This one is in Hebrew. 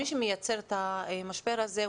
מי שמייצר את המשבר הזה,